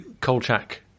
Kolchak